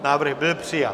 Návrh byl přijat.